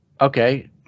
Okay